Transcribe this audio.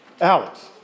Alex